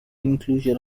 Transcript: inclusion